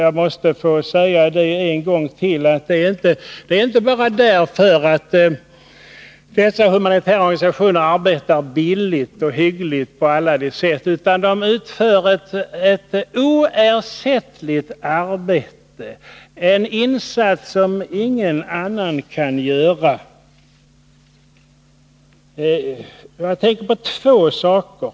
Jag måste också vid detta tillfälle få säga att anslaget till dessa enskilda humanitära organ är mycket angeläget, inte bara därför att dessa organisationer arbetar billigt och hyggligt på alla sätt, utan också därför att de utför ett oersättligt arbete, en insats som ingen annan kan göra. Jag tänker på två saker.